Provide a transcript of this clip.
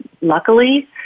luckily